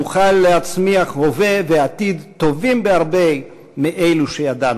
נוכל להצמיח הווה ועתיד טובים בהרבה מאלו שידענו.